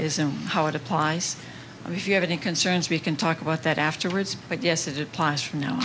is and how it applies if you have any concerns we can talk about that afterwards but yes it applies for now